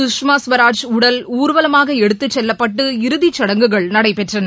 சுஷ்மா ஸ்வராஜ் உடல் ஊர்வலமாக எடுத்துச்செல்லப்பட்டு இறுதிச் சுடங்குகள் நடைபெற்றன